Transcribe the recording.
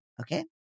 Okay